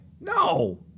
No